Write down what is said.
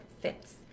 fits